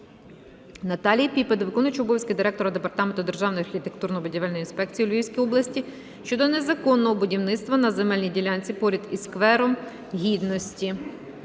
Наталії Піпи до виконуючого обов'язки директора департаменту Державної архітектурно-будівельної інспекції у Львівській області щодо незаконного будівництва на земельній ділянці поряд із сквером Гідності.